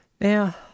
Now